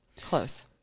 Close